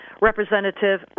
Representative